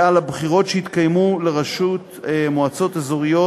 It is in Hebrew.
והבחירות שהתקיימו לראשות מועצות אזוריות